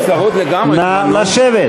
אני צרוד לגמרי כבר, נו.